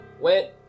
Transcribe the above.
went